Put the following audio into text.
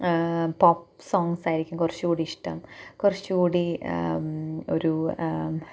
pop സോങ്സായിരിക്കും കുറച്ചുകൂടി ഇഷ്ടം കുറച്ചുകൂടി ഒരു